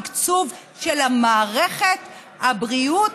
תקצוב של מערכת הבריאות,